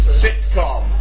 sitcom